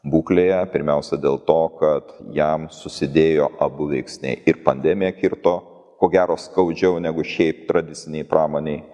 būklėje pirmiausia dėl to kad jam susidėjo abu veiksniai ir pandemija kirto ko gero skaudžiau negu šiaip tradicinei pramonei